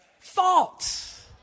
thoughts